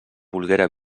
volguera